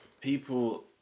people